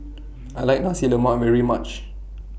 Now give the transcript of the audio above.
I like Nasi Lemak very much